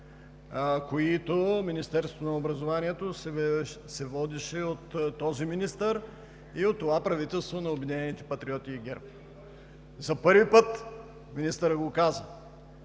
които Министерството на образованието и науката се водеше от този министър и от това правителство на „Обединените патриоти“ и ГЕРБ. За първи път, министърът го каза,